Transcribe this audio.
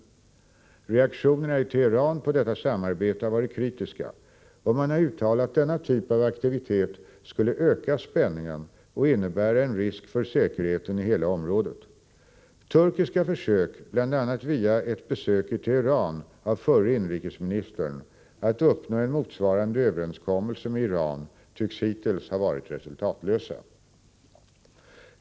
Reaktionerna i Teheran på detta samarbete har varit kritiska, och man har uttalat att denna typ av aktivitet skulle öka spänningen och innebära en risk för säkerheten i hela området. Turkiska försök bl.a. via ett besök i Teheran av förre inrikesministern att uppnå en motsvarande överenskommelse med Iran tycks hittills ha varit resultatlösa.